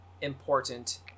important